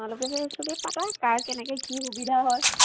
তোমালোকে সেই চবেই পাতা কাৰ কেনেকৈ কি সুবিধা হয়